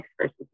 versus